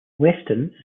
weston